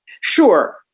Sure